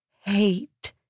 hate